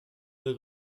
due